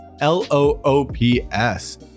L-O-O-P-S